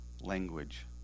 language